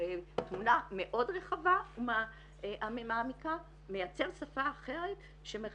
תמונה מאוד רחבה ומעמיקה, מייצר שפה אחרת, חדשה,